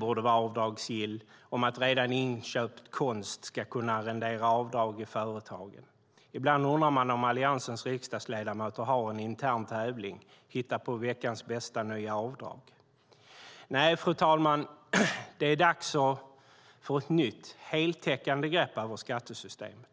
borde vara avdragsgill och att redan inköpt konst ska kunna rendera avdrag i företagen. Ibland undrar man om Alliansens riksdagsledamöter har en intern tävling om att hitta på veckans bästa nya avdrag. Nej, fru talman, det är dags att få ett nytt, heltäckande grepp över skattesystemet.